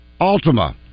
Altima